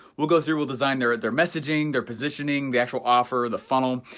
we'll go through, we'll design their their messaging, their positioning, the actual offer, the funnel.